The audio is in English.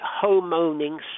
home-owning